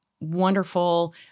wonderful